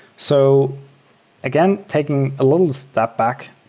so again, taking a little step back,